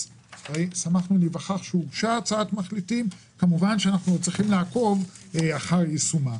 שמחנו להיווכח שהוגשה הצעת מחליטים שאנחנו צריכים לעקוב אחר יישומה.